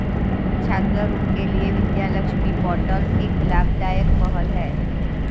छात्र ऋण के लिए विद्या लक्ष्मी पोर्टल एक लाभदायक पहल है